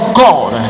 god